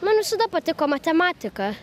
man visada patiko matematika